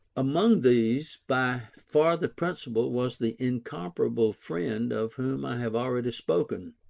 among these, by far the principal was the incomparable friend of whom i have already spoken.